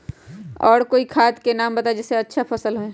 और कोइ खाद के नाम बताई जेसे अच्छा फसल होई?